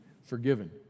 forgiven